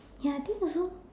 ya then also